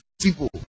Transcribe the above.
people